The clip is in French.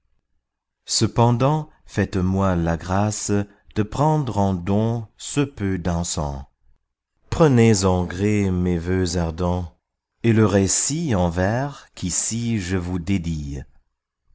cependant faites-moi la grâce de prendre en don ce peu d'encens prenez en gré mes vœux ardents et le récit en vers qu'ici je vous dédie